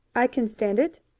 i can stand it,